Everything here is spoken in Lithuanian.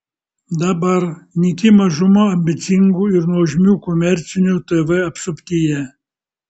dabar nyki mažuma ambicingų ir nuožmių komercinių tv apsuptyje